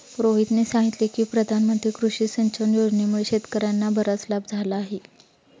रोहितने सांगितले की प्रधानमंत्री कृषी सिंचन योजनेमुळे शेतकर्यांना बराच लाभ झाला आहे